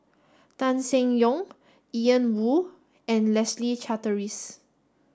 Tan Seng Yong Ian Woo and Leslie Charteris